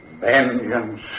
vengeance